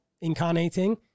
incarnating